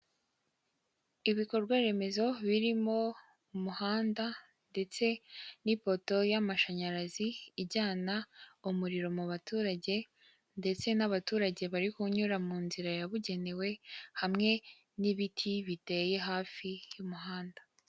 Ibikorwaremezo birimo umuhanda, ndetse n'ipoto y'amashanyarazi ijyana umuriro mu baturage, ndetse n'abaturage bari kunyura mu nzira yabugenewe, hamwe n'ibiti biteye hafi y'umuhanda.